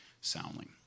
soundly